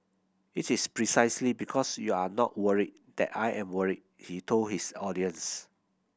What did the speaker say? it is precisely because you are not worried that I am worried he told his audience